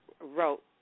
wrote